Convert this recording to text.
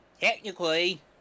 technically